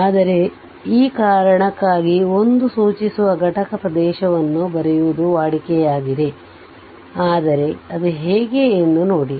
ಆದರೆ ಈ ಕಾರಣಕ್ಕಾಗಿ 1 ಸೂಚಿಸುವ ಘಟಕ ಪ್ರದೇಶವನ್ನು ಬರೆಯುವುದು ವಾಡಿಕೆಯಾಗಿದೆ ಆದರೆ ಅದು ಹೇಗೆ ಎಂದು ನೋಡಿ